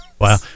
Wow